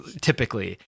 typically